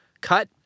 cut